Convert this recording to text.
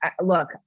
look